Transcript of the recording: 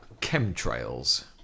Chemtrails